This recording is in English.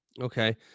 Okay